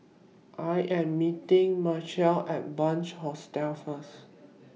I Am meeting Marshal At Bunc Hostel First